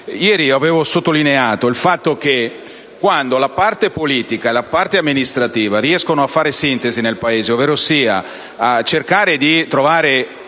Ieri avevo sottolineato il fatto che talvolta la parte politica e la parte amministrativa riescono a fare sintesi nel Paese, ovverosia riescono a trovare